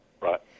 Right